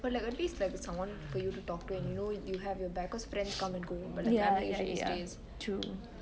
but like at least like someone for you to talk when you know you have your back becasuee friends come and go lah like usually these days